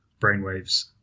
brainwaves